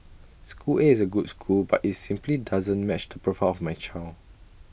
school A is A good school but IT simply doesn't match the profile of my child